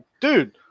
dude